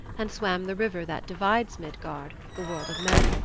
and swam the river that divides midgard, the world of men,